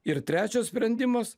ir trečias sprendimas